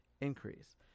increase